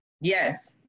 Yes